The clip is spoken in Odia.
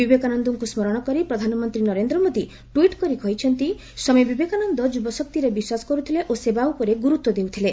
ବିବେକାନନ୍ଦଙ୍କୁ ସ୍ମରଣ କରି ପ୍ରଧାନମନ୍ତ୍ରୀ ନରେନ୍ଦ୍ର ମୋଦି ଟ୍ୱିଟ୍ କରି କହିଛନ୍ତି ସ୍ୱାମୀ ବିବେକାନନ୍ଦ ଯୁବଶକ୍ତିରେ ବିଶ୍ୱାସ କରୁଥିଲେ ଓ ସେବା ଉପରେ ଗୁରୁତ୍ୱ ଦେଉଥିଲେ